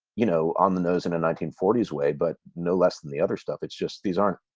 you know, on the nose in the nineteen forty s way, but no less than the other stuff, it's just these aren't.